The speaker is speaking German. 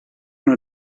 nur